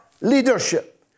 leadership